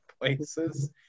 places